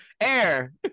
air